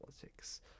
politics